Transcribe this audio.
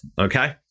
okay